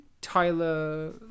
Tyler